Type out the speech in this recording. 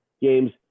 games